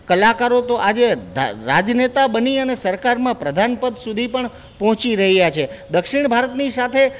કલાકારો તો આજે રાજ રાજનેતા બની અને સરકારમાં પ્રધાન પદ સુધી પણ પહોંચી રહ્યા છે દક્ષિણ ભારતની સાથે